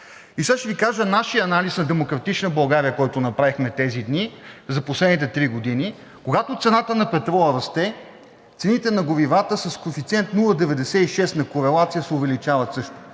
Сега ще Ви кажа нашия анализ – на „Демократична България“, който направихме тези дни за последните три години. Когато цената на петрола расте, цените на горивата с коефициент 0,96 на корелация се увеличават също.